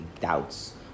doubts